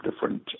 different